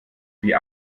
wie